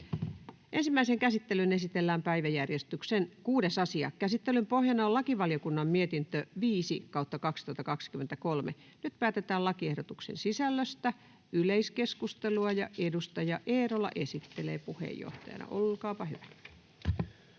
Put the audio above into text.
Ensimmäiseen käsittelyyn esitellään päiväjärjestyksen 6. asia. Käsittelyn pohjana on lakivaliokunnan mietintö LaVM 5/2023 vp. Nyt päätetään lakiehdotusten sisällöstä. Yleiskeskustelua. — Edustaja Eerola esittelee puheenjohtajana, olkaapa hyvä. [Speech